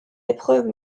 épreuves